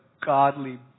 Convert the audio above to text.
godly